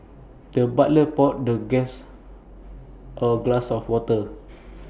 the butler poured the guest A glass of water